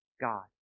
God